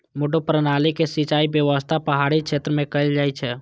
मड्डू प्रणाली के सिंचाइ व्यवस्था पहाड़ी क्षेत्र मे कैल जाइ छै